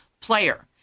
player